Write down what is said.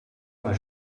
mal